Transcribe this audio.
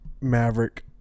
Maverick